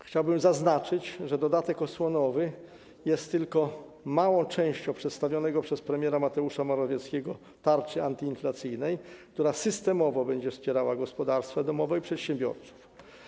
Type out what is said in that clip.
Chciałbym zaznaczyć, że dodatek osłonowy jest tylko małą częścią przedstawionej przez premiera Mateusza Morawieckiego tarczy antyinflacyjnej, która systemowo będzie wspierała gospodarstwa domowe i przedsiębiorców.